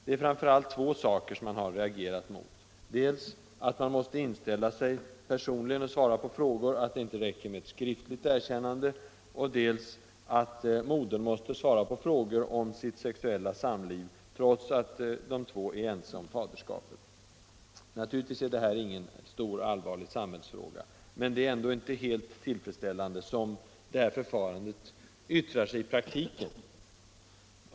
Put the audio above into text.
Det är framför allt två saker som man har reagerat mot — dels att man måste inställa sig personligen och svara på frågor, att det inte räcker med ett skriftligt erkännande, dels att modern måste svara på frågor om sitt sexuella samliv trots att de två är ense om faderskapet. Naturligtvis är detta ingen stor, allvarlig samhällsfråga. Men som det här förfarandet yttrar sig i praktiken är det ändå inte helt tillfredsställande.